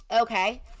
Okay